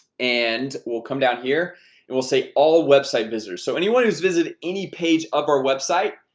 and we'll come down here and we'll say all website visitors so anyone who's visited any page of our website,